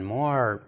more